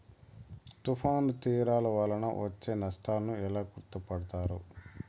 తుఫాను తీరాలు వలన వచ్చే నష్టాలను ఎలా గుర్తుపడతారు?